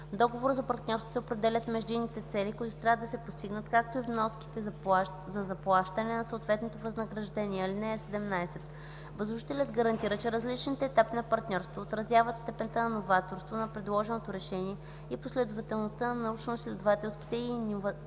договора за партньорство се определят междинните цели, които трябва да се постигнат, както и вноските за заплащане на съответно възнаграждение. (17) Възложителят гарантира, че различните етапи на партньорството, отразяват степента на новаторство на предложеното решение и последователността на научноизследователските и иновационните